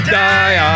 die